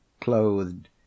clothed